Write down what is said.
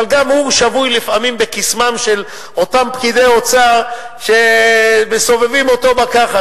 אבל גם הוא שבוי לפעמים בקסמם של אותם פקידי אוצר שמסובבים אותו בכחש.